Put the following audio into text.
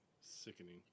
Sickening